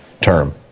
term